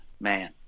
man